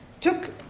took